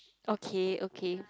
okay okay